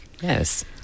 yes